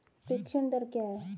प्रेषण दर क्या है?